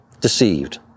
deceived